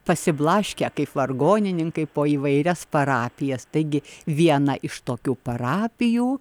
pasiblaškę kaip vargonininkai po įvairias parapijas taigi vieną iš tokių parapijų